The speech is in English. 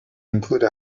include